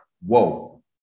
whoa